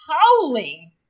howling